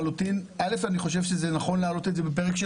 אני חושב שזה נכון להעלות את זה בפרק של